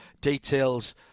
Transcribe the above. details